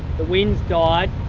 the winds died.